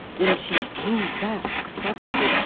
when she drew back suddenly,